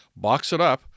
BoxItUp